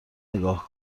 نگاه